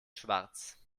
schwarz